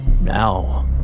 Now